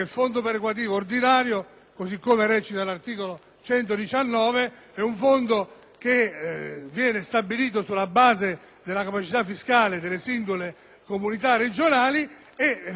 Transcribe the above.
così come recita l'articolo 119, viene stabilito sulla base della capacità fiscale delle singole comunità regionali ed è la stessa norma